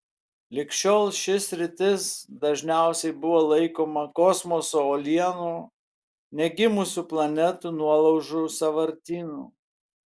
lig šiol ši sritis dažniausiai buvo laikoma kosmoso uolienų negimusių planetų nuolaužų sąvartynu